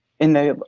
in the,